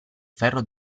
ferro